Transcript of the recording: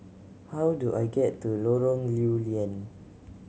how do I get to Lorong Lew Lian